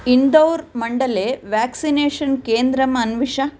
indoor मण्डले vaccination केन्द्रम् अन्विष